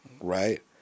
Right